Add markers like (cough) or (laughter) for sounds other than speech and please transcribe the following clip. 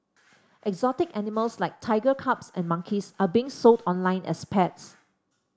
(noise) exotic animals like tiger cubs and monkeys are being sold online as pets